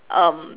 um